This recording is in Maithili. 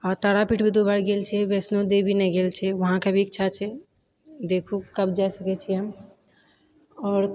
आ तारापीठ भी दो बार गेल छी वैष्णोदेवी नहि गेल छी वहाँके भी इच्छा छै देखू कब जाए सकए छिऐ हम आओर